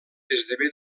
esdevé